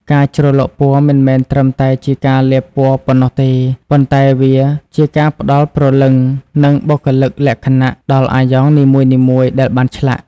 ការជ្រលក់ពណ៌មិនមែនត្រឹមតែជាការលាបពណ៌ប៉ុណ្ណោះទេ ប៉ុន្តែវាជាការផ្តល់ព្រលឹងនិងបុគ្គលិកលក្ខណៈដល់អាយ៉ងនីមួយៗដែលបានឆ្លាក់។